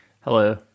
Hello